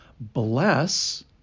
bless